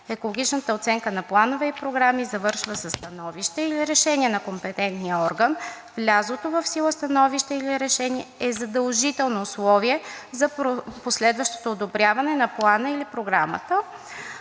Екологичната оценка на планове и програми завършва със становище или решение на компетентния орган. Влязлото в сила становище или решение е задължително условие за последващото одобряване на плана или програмата.